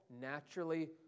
naturally